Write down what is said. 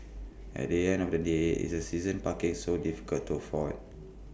at the end of the day is that season parking so difficult to afford